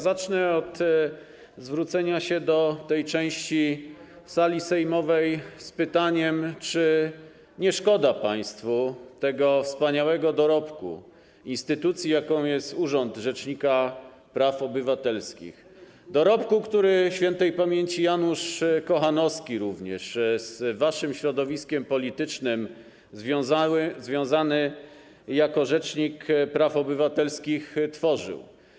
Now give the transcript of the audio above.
Zacznę od zwrócenia się do tej części sali sejmowej z pytaniem: Czy nie szkoda państwu tego wspaniałego dorobku instytucji, jaką jest urząd rzecznika praw obywatelskich, dorobku, który również śp. Janusz Kochanowski związany z waszym środowiskiem politycznym jako rzecznik praw obywatelskich tworzył?